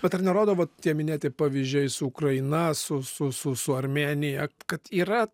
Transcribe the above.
bet ar nerodo vat tie minėti pavyzdžiai su ukraina su su su su armėnija kad yra